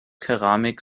keramik